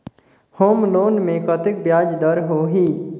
Home loan मे कतेक ब्याज दर होही?